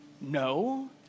No